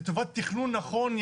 לטובת תכנון נכון,